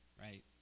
right